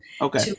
Okay